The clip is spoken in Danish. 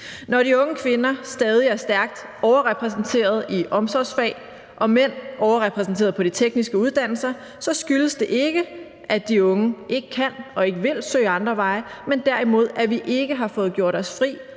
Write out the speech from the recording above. Når de unge kvinder stadig er stærkt overrepræsenteret i omsorgsfag og mænd er overrepræsenteret på de tekniske uddannelser, så skyldes det ikke, at de unge ikke kan eller ikke vil søge andre veje, men derimod, at vi ikke har fået gjort os fri